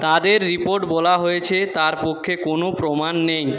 তাদের রিপোর্ট বলা হয়েছে তার পক্ষে কোনও প্রমাণ নেই